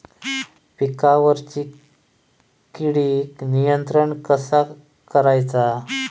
पिकावरची किडीक नियंत्रण कसा करायचा?